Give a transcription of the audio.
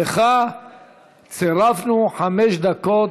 לך צירפנו חמש דקות.